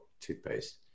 toothpaste